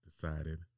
decided